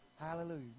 Hallelujah